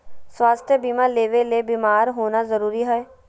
स्वास्थ्य बीमा लेबे ले बीमार होना जरूरी हय?